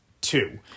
two